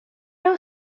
know